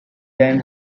than